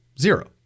Zero